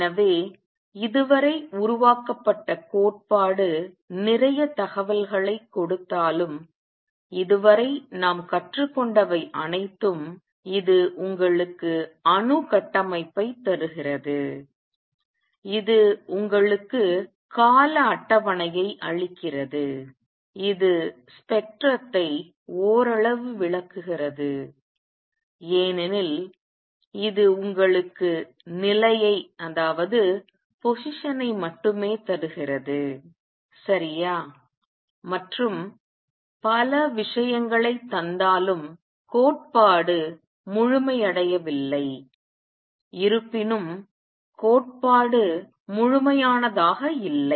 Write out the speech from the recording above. எனவே இதுவரை உருவாக்கப்பட்ட கோட்பாடு நிறைய தகவல்களைக் கொடுத்தாலும் இதுவரை நாம் கற்றுக்கொண்டவை அனைத்தும் இது உங்களுக்கு அணு கட்டமைப்பைத் தருகிறது இது உங்களுக்கு கால அட்டவணையை அளிக்கிறது இது ஸ்பெக்ட்ரத்தை ஓரளவு விளக்குகிறது ஏனெனில் இது உங்களுக்கு நிலையை மட்டுமே தருகிறது சரியா மற்றும் பல விஷயங்களை தந்தாலும் கோட்பாடு முழுமையடையவில்லை இருப்பினும் கோட்பாடு முழுமையானதாக இல்லை